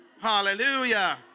Hallelujah